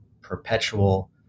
perpetual